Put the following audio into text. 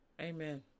Amen